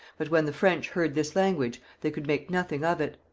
but when the french heard this language they could make nothing of it.